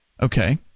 Okay